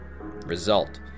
Result